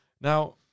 Now